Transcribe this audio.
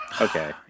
Okay